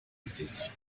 rugeze